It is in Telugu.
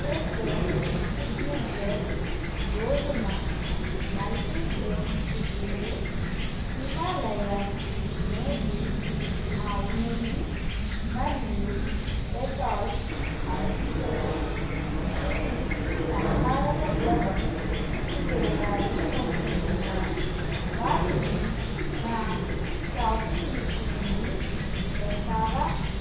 ఫ్రెషో సిగ్నేచర్ గోధుమ మల్టీగ్రేన్ కుకీలు హిమాలయన్ నేటివ్స్ ఆవు నెయ్యి మరియు డెటాల్ యాంటీసెప్టిక్ క్రిమి సంహారక ద్రవం తీసివేయాలి అనుకుంటున్నాను వాటిని నా షాపింగ్ లిస్ట్ నుండి తీసేస్తావా